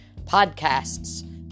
podcasts